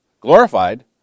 Glorified